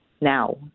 now